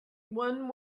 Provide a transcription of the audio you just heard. one